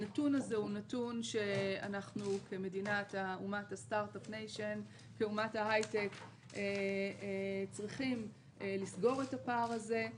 הנתון הזה הוא נתון שאנחנו כאומת ההייטק צריכים לסגור את הפער הזה.